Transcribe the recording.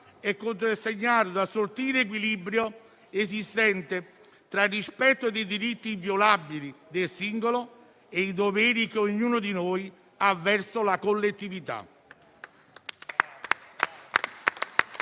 è contrassegnato dal sottile equilibrio esistente tra il rispetto dei diritti inviolabili del singolo e i doveri che ognuno di noi ha verso la collettività.